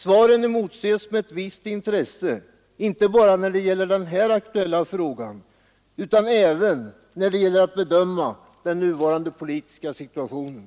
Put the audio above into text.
Svaren motses med visst intresse inte bara när det gäller den här aktuella frågan utan även när det gäller att bedöma den nuvarande politiska situationen.